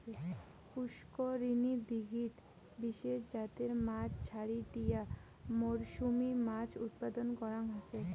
পুষ্করিনী, দীঘিত বিশেষ জাতের মাছ ছাড়ি দিয়া মরসুমী মাছ উৎপাদন করাং হসে